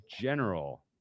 general